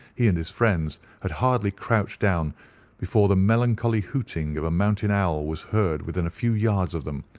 he and his friends had hardly crouched down before the melancholy hooting of a mountain owl was heard within a few yards of them,